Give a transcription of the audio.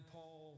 Paul